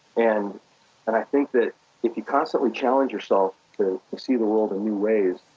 and and i think that if you constantly challenge yourself to see the world in new ways,